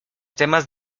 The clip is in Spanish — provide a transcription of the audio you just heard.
temas